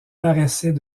paraissait